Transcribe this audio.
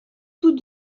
tous